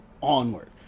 onward